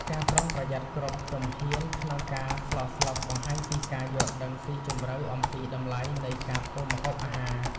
ការប្រុងប្រយ័ត្នគ្រប់ជំហានក្នុងការស្លស្លុកបង្ហាញពីការយល់ដឹងស៊ីជម្រៅអំពីតម្លៃនៃការធ្វើម្ហូបអាហារ។